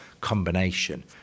combination